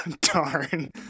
Darn